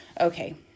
Okay